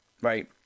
Right